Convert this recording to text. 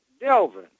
Delvin